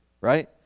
right